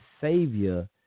savior